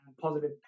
positive